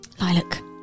lilac